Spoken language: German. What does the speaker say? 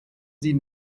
sie